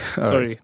Sorry